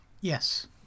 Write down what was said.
yes